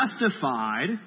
justified